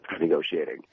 negotiating